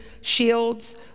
shields